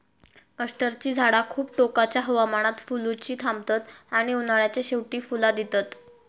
अष्टरची झाडा खूप टोकाच्या हवामानात फुलुची थांबतत आणि उन्हाळ्याच्या शेवटी फुला दितत